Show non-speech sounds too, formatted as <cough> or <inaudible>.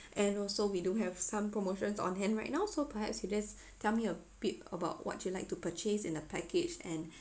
and also we do have some promotions on hand right now so perhaps you just <breath> tell me a bit about what you like to purchase in a package and <breath>